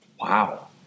Wow